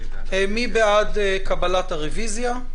מי בעד קבלת הרביזיה?